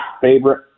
favorite